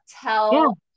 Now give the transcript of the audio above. Tell